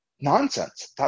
Nonsense